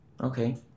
Okay